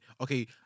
okay